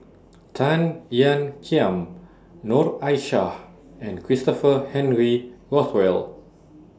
Tan Ean Kiam Noor Aishah and Christopher Henry Rothwell